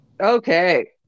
Okay